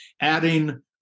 adding